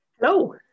Hello